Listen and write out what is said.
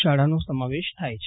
શાળાનો સમાવેશ થાય છે